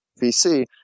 VC